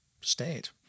state